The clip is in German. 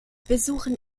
besuchen